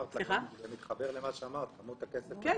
זה מתחבר למה שאמרת, כמות הכסף הגדולה שמגיעה.